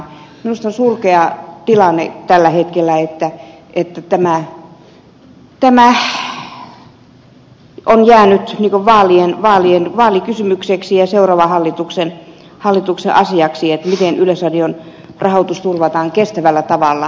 minusta on surkea tilanne tällä hetkellä että se asia on jäänyt vaalikysymykseksi ja seuraavan hallituksen asiaksi miten yleisradion rahoitus turvataan kestävällä tavalla